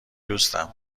دوستم